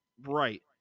Right